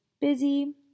busy